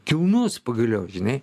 kilnus pagaliau žinai